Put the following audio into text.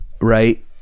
right